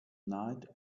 night